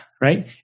right